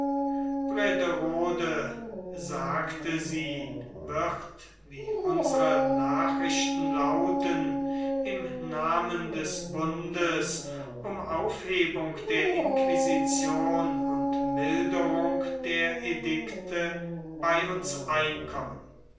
sagte sie wird wie unsre nachrichten lauten im namen des bundes um aufhebung der inquisition und milderung der edikte bei uns einkommen